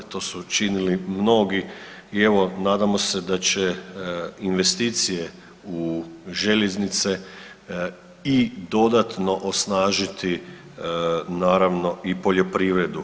To su činili mnogi i evo nadamo se da će investicije u željeznice i dodatno osnažiti naravno i poljoprivredu.